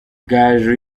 gaju